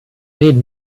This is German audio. reden